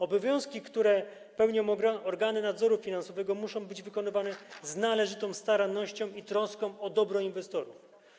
Obowiązki, które pełnią organy nadzoru finansowego, muszą być wykonywane z należytą starannością i troską o dobro inwestorów.